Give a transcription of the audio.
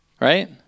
Right